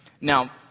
Now